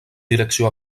direcció